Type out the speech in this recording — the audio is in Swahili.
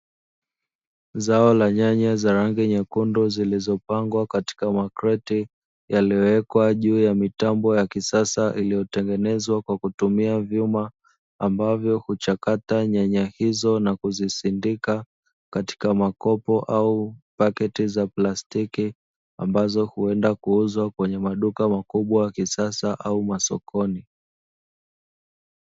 Zao la nyanya za rangi nyekundu zilizopangwa katika makreti yaliyowekwa juu ya mitambo ya kisasa iliyotengenezwa kwa kutumia vyuma ambavyo huchakata nyanya hizo na kuzisindika katika makopo au pakiti za plastiki, ambazo huenda kuuzwa kwenye maduka makubwa wa kisasa au masokoni.